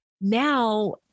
Now